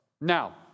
Now